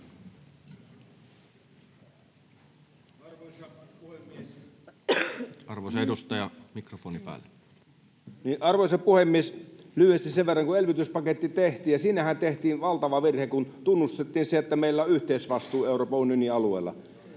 Arvoisa puhemies! Lyhyesti sen verran, että kun elvytyspaketti tehtiin, siinähän tehtiin valtava virhe, kun tunnustettiin se, että meillä on yhteisvastuu Euroopan unionin alueella.